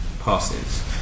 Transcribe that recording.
passes